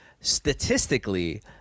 statistically